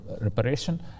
Reparation